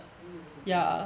mm mm mm